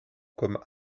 comme